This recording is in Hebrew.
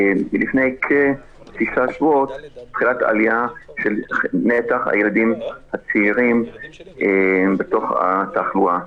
מלפני כתשעה שבועות מגמת עלייה של נתח הילדים הצעירים בתוך התחלואה.